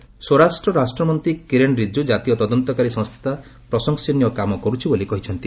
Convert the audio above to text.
NIA ସ୍ୱରାଷ୍ଟ୍ର ରାଷ୍ଟ୍ରମନ୍ତ୍ରୀ କିରେଣ ରିଜିଜ୍ଜୁ ଜାତୀୟ ତଦନ୍ତକାରୀ ସଂସ୍ଥା ପ୍ରଶଂସନୀୟ କାମ କରୁଛି ବୋଲି କହିଛନ୍ତି